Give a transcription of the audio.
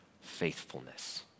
faithfulness